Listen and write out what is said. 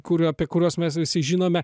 kurių apie kuriuos mes visi žinome